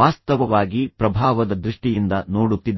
ವಾಸ್ತವವಾಗಿ ಪ್ರಭಾವದ ದೃಷ್ಟಿಯಿಂದ ನೋಡುತ್ತಿದ್ದಾರೆ